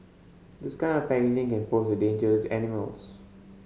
this kind of packaging can pose a danger to animals